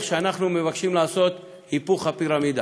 שאנחנו מבקשים לעשות בו היפוך הפירמידה: